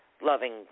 loving